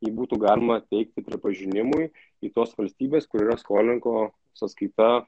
jį būtų galima teikti pripažinimui į tos valstybės kur yra skolininko sąskaita